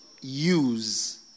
use